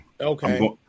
Okay